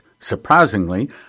Surprisingly